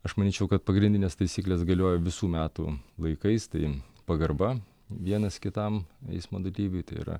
aš manyčiau kad pagrindinės taisyklės galioja visų metų laikais tai pagarba vienas kitam eismo dalyviui tai yra